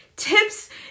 tips